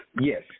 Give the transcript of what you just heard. Yes